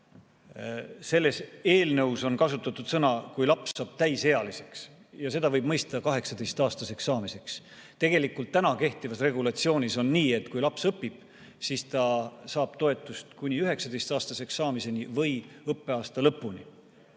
Selles eelnõus on kasutatud sõnu "kui laps saab täisealiseks" ja seda võib mõista 18‑aastaseks saamisena. Tegelikult kehtivas regulatsioonis on nii, et kui laps õpib, siis ta saab toetust kuni 19‑aastaseks saamiseni või õppeaasta lõpuni.